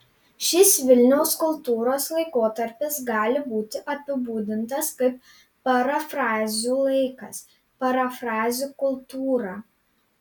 šis vilniaus kultūros laikotarpis gali būti apibūdintas kaip parafrazių laikas parafrazių kultūra